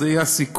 וזה יהיה הסיכום,